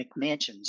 McMansions